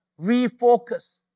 refocus